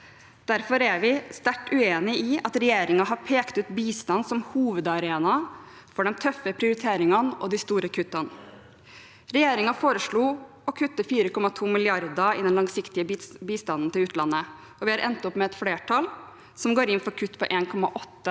Derfor er vi sterkt uenig i at regjeringen har pekt ut bistand som hovedarena for de tøffe prioriteringene og de store kuttene. Regjeringen foreslo å kutte 4,2 mrd. kr i den langsiktige bistanden til utlandet, og vi har endt opp med et flertall som går inn for kutt på 1,8 mrd.